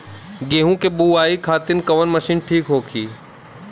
गेहूँ के बुआई खातिन कवन मशीन ठीक होखि?